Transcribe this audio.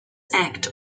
act